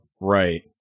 Right